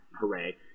Hooray